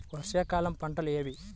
వర్షాకాలం పంటలు ఏవి?